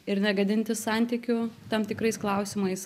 ir negadinti santykių tam tikrais klausimais